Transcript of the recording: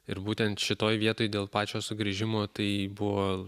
ir būtent šitoj vietoj dėl pačio sugrįžimo tai buvo